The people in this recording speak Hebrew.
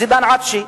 זידאן עטשי,